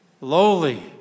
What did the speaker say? lowly